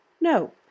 No